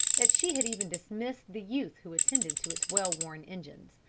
that she had even dismissed the youth who attended to its well-worn engines.